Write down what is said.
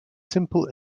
simple